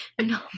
No